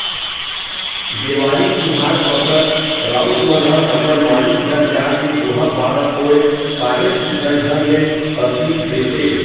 देवारी तिहार बखत राउत मन ह अपन मालिक घर जाके दोहा पारत होय काहेच सुग्घर ढंग ले असीस देथे